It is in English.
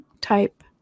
type